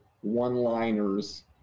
one-liners